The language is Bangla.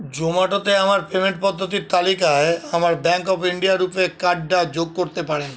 জোমাটোতে আমার পেমেন্ট পদ্ধতির তালিকায় আমার ব্যাংক অব ইন্ডিয়া রুপে কার্ডটা যোগ করতে পারেন